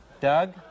Doug